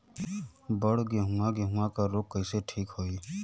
बड गेहूँवा गेहूँवा क रोग कईसे ठीक होई?